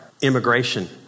Immigration